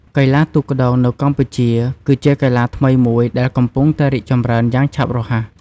កីឡាទូកក្ដោងនៅកម្ពុជាគឺជាកីឡាថ្មីមួយដែលកំពុងតែរីកចម្រើនយ៉ាងឆាប់រហ័ស។